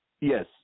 yes